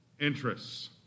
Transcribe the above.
interests